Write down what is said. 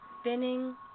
spinning